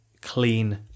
clean